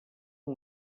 amb